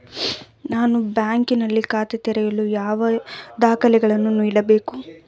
ನಾನು ಬ್ಯಾಂಕ್ ನಲ್ಲಿ ಖಾತೆ ತೆರೆಯಲು ಯಾವ ದಾಖಲೆಗಳನ್ನು ನೀಡಬೇಕು?